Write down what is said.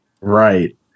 Right